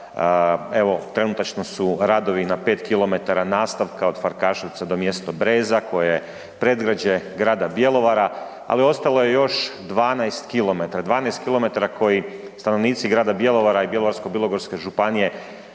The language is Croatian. evo trenutačno su radovi na 5 kilometara nastavka od Farkaševca do mjesto Breza koja je predgrađe grada Bjelovara, al ostalo je još 12 kilometara, 12 kilometara koji stanovnici grada Bjelovara i Bjelovarsko-bilogorske županije